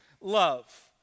love